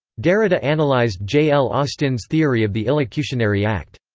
derrida analyzed j. l. austin's theory of the illocutionary act.